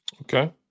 Okay